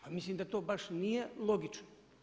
Pa mislim da to baš nije logično.